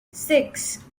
six